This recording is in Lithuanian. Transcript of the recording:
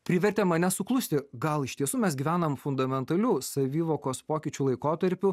privertė mane suklusti gal iš tiesų mes gyvenam fundamentalių savivokos pokyčių laikotarpiu